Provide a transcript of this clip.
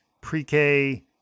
pre-K